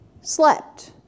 Slept